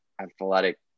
athletic